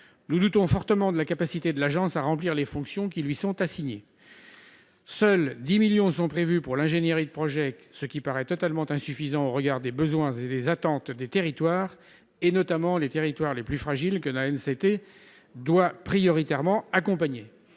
nous doutons fortement de la capacité de l'agence à remplir les fonctions qui lui sont assignées, seuls 10 millions sont prévus pour l'ingénierie de projet, ce qui paraît totalement insuffisant au regard des besoins et des attentes des territoires et notamment les territoires les plus fragiles que la c'était doit prioritairement, accompagner